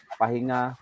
pahinga